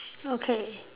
okay